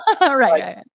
Right